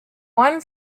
one